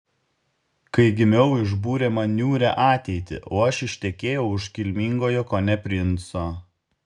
kai gimiau išbūrė man niūrią ateitį o aš ištekėjau už kilmingojo kone princo